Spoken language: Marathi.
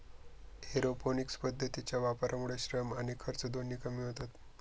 एरोपोनिक्स पद्धतीच्या वापरामुळे श्रम आणि खर्च दोन्ही कमी होतात